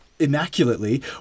immaculately